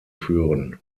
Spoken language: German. führen